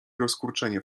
rozkurczenie